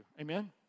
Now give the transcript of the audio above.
Amen